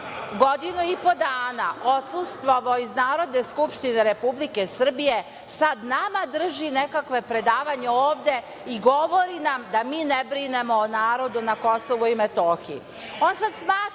godinu i po dana odsustvovao iz Narodne skupštine Republike Srbije sad nama drži nekakva predavanja ovde i govori nam da mi ne brinemo o narodu na Kosovu i Metohiji.